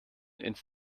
ins